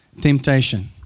temptation